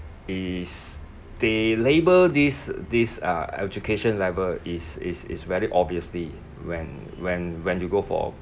it's they label this this ah education level it's it's it's very obviously when when when you go for